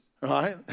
right